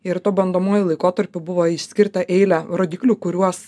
ir tuo bandomuoju laikotarpiu buvo išskirta eilę rodiklių kuriuos